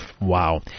Wow